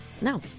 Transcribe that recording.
No